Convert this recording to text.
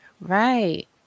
Right